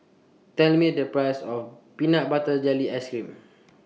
Tell Me The Price of Peanut Butter Jelly Ice Cream